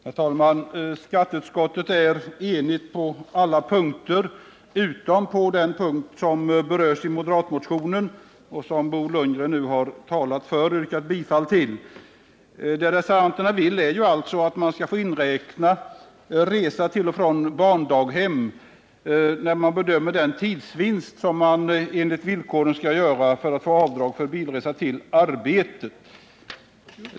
Herr talman! Skatteutskottet är enigt på alla punkter utom på den punkt som berörs av moderatmotionen, som Bo Lundgren nu har talat för och yrkat bifall till. Vad reservanterna vill är alltså att man skall få inräkna resa till och från barndaghem när man bedömer den tidsvinst som man enligt villkoren skall göra för att få avdrag för bilresa till arbetet.